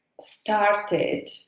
started